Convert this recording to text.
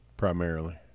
primarily